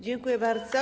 Dziękuję bardzo.